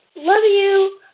love you.